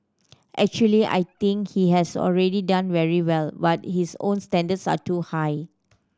actually I think he has already done very well but his own standards are too high